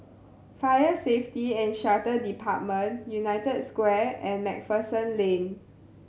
Fire Safety And Shelter Department United Square and Macpherson Lane